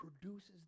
produces